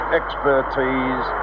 expertise